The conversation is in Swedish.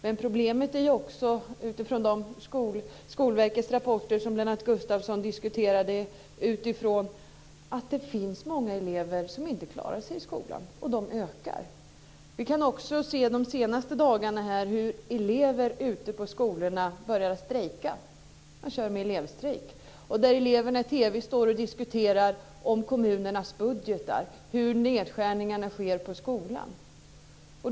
Men problemet utifrån de rapporter från Skolverket som Lennart Gustavsson diskuterade är att det finns många elever som inte klarar sig i skolan och att deras antal ökar. Vi har under de senaste dagarna också sett att elever ute på skolorna börjat strejka och står och diskuterar kommunernas budgetar och de nedskärningar som sker på deras skolor.